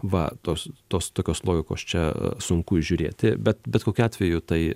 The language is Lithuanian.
va tos tos tokios logikos čia sunku įžiūrėti bet bet kokiu atveju tai